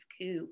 coup